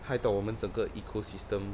害到我们整个 ecosystem